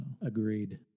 Agreed